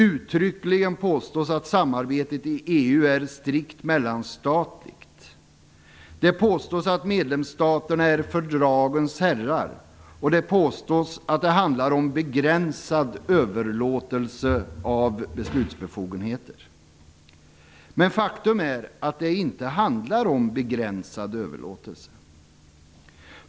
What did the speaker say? Uttryckligen påstås att samarbetet i EU är "strikt mellanstatligt". Det påstås att medlemsstaterna är "fördragens herrar", och det påstås att det handlar om begränsad överlåtelse av beslutsbefogenheter. Men faktum är att det inte handlar om en begränsad överlåtelse.